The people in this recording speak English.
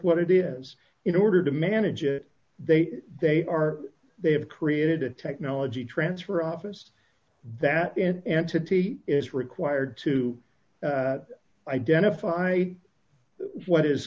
what it is in order to manage it they they are they have created a technology transfer office that and entity is required to identify what is